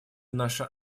наша